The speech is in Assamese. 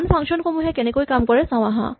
আন ফাংচন সমূহে কেনেকৈ কাম কৰে চাওঁ আহা